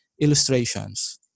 illustrations